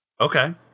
Okay